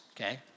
okay